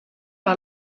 par